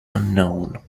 unknown